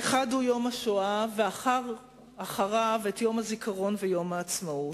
את יום השואה ואחריו את יום הזיכרון ויום העצמאות,